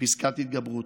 פסקת התגברות.